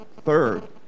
third